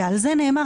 ועל זה נאמר,